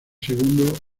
segundo